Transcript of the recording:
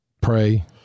pray